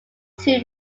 too